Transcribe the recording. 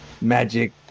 magic